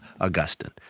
Augustine